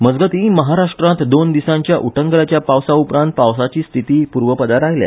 मजगतीं महाराष्ट्रांत दोन दिसांच्या उटंगारांच्या पावसा उपरांत पावसाची स्थिती पुर्वपदार आयल्या